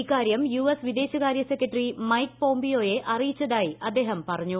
ഇക്കാര്യം U S വിദേശകാര്യ secretary Mike പോംപിയോയെ അറിയിച്ചതായി അദ്ദേഹം പറഞ്ഞു